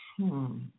-hmm